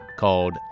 called